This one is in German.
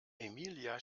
emilia